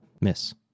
Miss